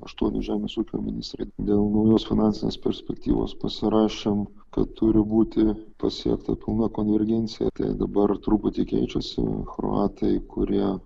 aštuoni žemės ūkio ministrai dėl naujos finansinės perspektyvos pasirašėm kad turi būti pasiekta pilna konvergencija tai dabar truputį keičiasi kroatai kurie